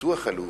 הביטוח הלאומי,